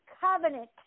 covenant